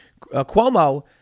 Cuomo